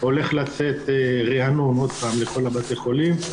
הולך לצאת ריענון עוד פעם לכל בתי החולים.